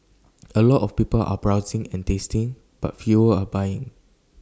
A lot of people are browsing and tasting but fewer are buying